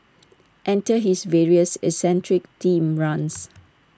enter his various eccentric themed runs